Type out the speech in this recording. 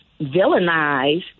villainize